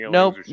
Nope